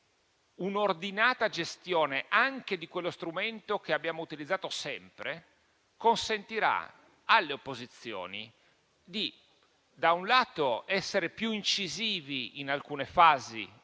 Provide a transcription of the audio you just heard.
un'ordinata gestione anche di quello strumento che abbiamo utilizzato sempre consentirà alle opposizioni da un lato di essere più incisive in alcune fasi di